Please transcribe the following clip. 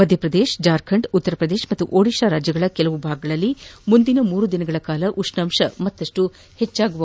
ಮಧ್ಯಪ್ರದೇಶ ಜಾರ್ಖಂಡ್ ಉತ್ತರ ಪ್ರದೇಶ ಮತ್ತು ಒದಿಶಾದ ಕೆಲವು ಭಾಗಗಳಲ್ಲಿ ಮುಂದಿನ ಮೂರು ದಿನಗಳ ಕಾಲ ಉಷ್ಣಾಂಶ ಹೆಚ್ಚಾಗಲಿದೆ